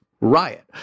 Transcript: riot